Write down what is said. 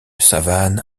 savane